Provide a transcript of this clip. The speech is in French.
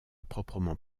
proprement